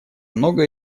многое